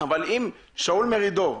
אבל אם שאול מרידור,